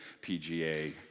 PGA